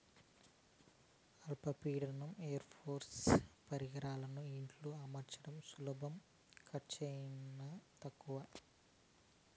అల్ప పీడన ఏరోపోనిక్స్ పరికరాలను ఇంట్లో అమర్చడం సులభం ఖర్చు చానా తక్కవ